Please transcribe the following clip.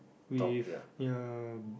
with uh